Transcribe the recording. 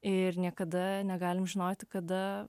ir niekada negalim žinoti kada